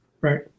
Right